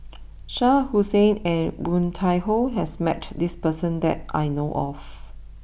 Shah Hussain and Woon Tai Ho has met this person that I know of